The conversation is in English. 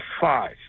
five